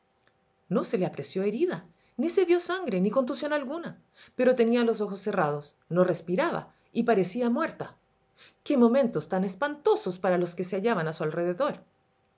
no se le apreció herida ni se vió sangre ni contusión alguna pero tenía los ojos cerrados no respiraba y parecía muerta qué momentos tan espantosos para los que se hallaban a su alrededor